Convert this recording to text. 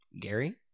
gary